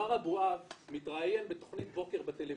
מר אבואב מתראיין בתכנית בוקר בטלוויזיה,